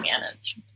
manage